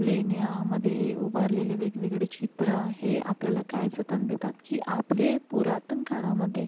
लेण्यामध्ये उभारलेले वेगवेगळे चित्र हे आपल्याला काय जतन देतात की आपले पुरातनकाळामध्ये